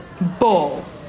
bull